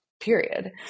period